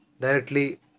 Directly